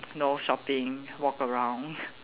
know shopping walk around